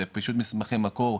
פישוט מסמכי מקור,